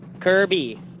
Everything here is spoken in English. Kirby